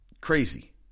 Crazy